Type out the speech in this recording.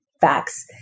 facts